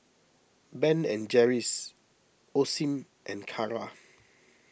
Ben and Jerry's Osim and Kara